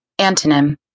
Antonym